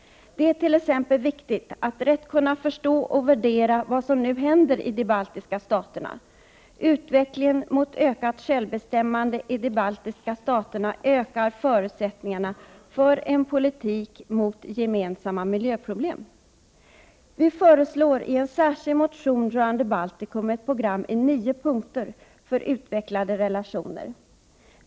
Det är t.ex. viktigt att rätt kunna förstå och värdera vad som nu händer i de baltiska staterna. Utvecklingen mot ökat självbestämmande i de baltiska staterna ökar förutsättningarna för en politik för att klara gemensamma miljöproblem. Vi föreslår i en särskild motion rörande Baltikum ett program i nio punkter för utvecklade relationer.